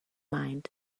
mind